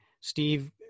Steve